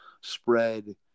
spread